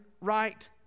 right